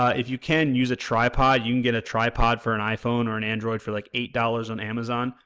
ah if you can use a tripod, you can get a tripod for an iphone or an android for like eight dollars on amazon,